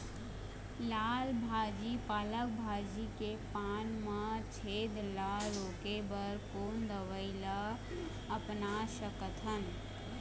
लाल भाजी पालक भाजी के पान मा छेद ला रोके बर कोन दवई ला अपना सकथन?